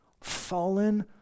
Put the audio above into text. fallen